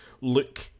look